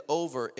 over